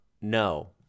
No